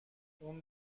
اون